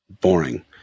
boring